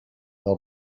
del